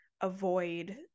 avoid